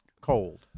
cold